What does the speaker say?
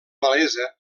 malesa